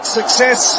success